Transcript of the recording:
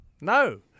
no